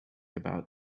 about